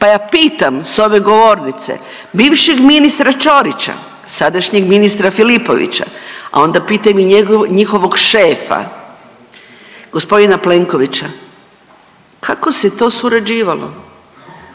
Pa ja pitam s ove govornice bivšeg ministra Čorića, sadašnjeg ministra Filipovića, onda pitam i njihovog šefa gospodina Plenkovića, kako se to surađivalo,